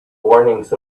warnings